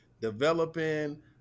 developing